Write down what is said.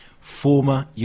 former